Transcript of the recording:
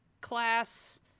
class